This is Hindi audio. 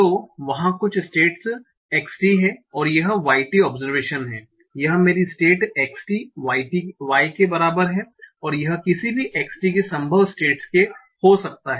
तो वहां कुछ स्टेट x t है यह y t ओबसरवेशन है यह मेरी स्टेट x t y के बराबर है यह किसी भी x t की संभव स्टेट्स के हो सकता है